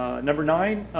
ah number nine,